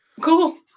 cool